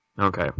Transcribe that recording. okay